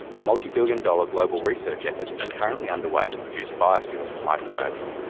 a multi-billion dollar global research effort is currently underway to produce biofuels from microalgae.